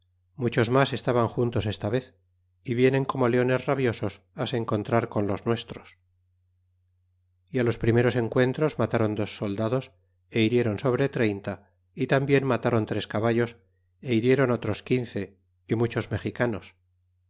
muchos mas estaban juntos esta vez y vienen como leones rabiosos se encontrar con los nuestros y los primeros encuentros matron dos soldados e hirieron sobre treinta y tambien matron tres caballos e hirieron otros quince y muchos mexicanos